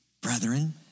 brethren